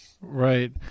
Right